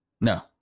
No